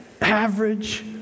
average